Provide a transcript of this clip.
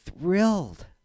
thrilled